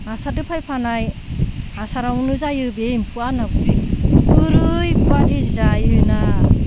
हासारदो फायफानाय हासारावनो जायो बे एम्फौआ होनना बुङो ओरैबायदि जायोना